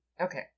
okay